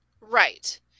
right